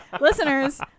Listeners